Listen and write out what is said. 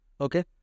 Okay